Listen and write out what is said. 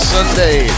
Sunday